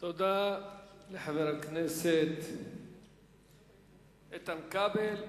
תודה לחבר הכנסת איתן כבל.